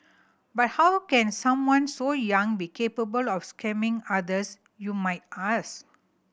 but how can someone so young be capable of scamming others you might ask